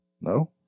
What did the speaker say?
No